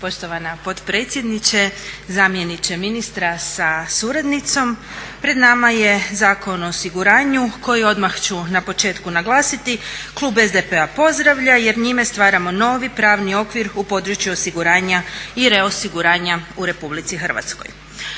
Poštovana potpredsjednice, zamjeniče ministra sa suradnicom. Pred nama je Zakon o osiguranju koji odmah ću na početku naglasiti klub SDP-a pozdravlja jer njime stvaramo novi pravni okvir u području osiguranja i reosiguranja u RH. Naravno